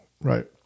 Right